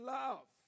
love